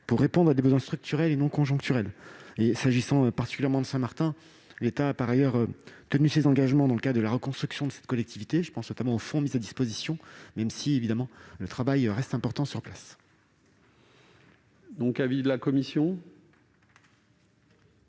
pour satisfaire des besoins structurels, et non conjoncturels. Par ailleurs, s'agissant plus particulièrement de Saint-Martin, l'État a tenu ses engagements dans le cadre de la reconstruction de cette collectivité. Je pense notamment aux fonds mis à disposition, même si, évidemment, le travail reste important sur place. Quel est donc l'avis de la commission ?